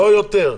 לא יותר,